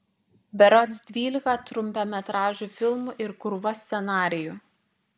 berods dvylika trumpametražių filmų ir krūva scenarijų